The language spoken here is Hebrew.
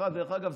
דרך אגב,